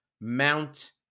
Mount